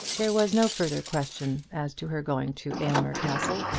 there was no further question as to her going to aylmer castle,